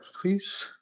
please